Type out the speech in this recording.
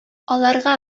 аларга